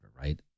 right